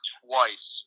twice